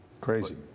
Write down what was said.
crazy